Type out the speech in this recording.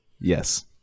Yes